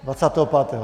Dvacátého pátého?